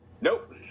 Nope